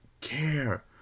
care